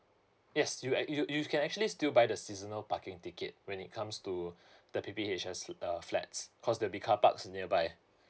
yes you ac~ you you can actually still buy the seasonal parking ticket when it comes to the P_P_H_S uh flats cause there'll be car parks nearby